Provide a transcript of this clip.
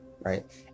right